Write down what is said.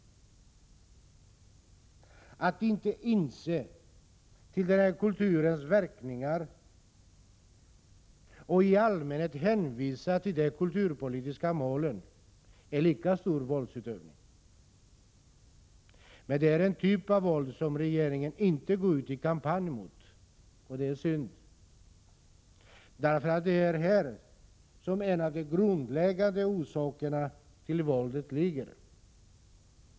Att inte inse faran av den här kulturens verkningar och att i allmänna ordalag hänvisa till de kulturpolitiska målen är en lika stor våldsutövning. Men detta är en typ av våld som regeringen inte går ut i kampanj mot. Det är beklagligt. Det är nämligen här som en av de grundläggande orsakerna till våldet ligger.